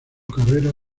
carrera